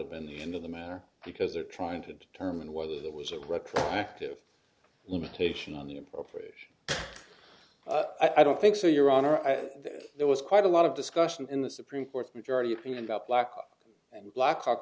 have been the end of the matter because they are trying to determine whether that was a retroactive limitation on the appropriation i don't think so your honor that there was quite a lot of discussion in the supreme court majority opinion about black and black hawk